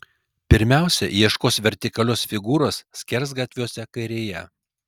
pirmiausia ieškos vertikalios figūros skersgatviuose kairėje